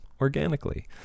organically